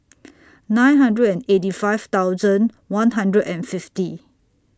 nine hundred and eighty five thousand one hundred and fifty